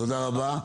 תודה רבה.